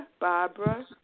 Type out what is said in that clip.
Barbara